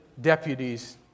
deputies